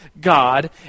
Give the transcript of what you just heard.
God